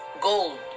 gold